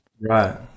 Right